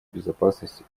безопасность